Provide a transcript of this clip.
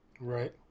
Right